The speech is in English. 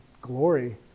glory